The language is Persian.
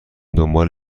دنبال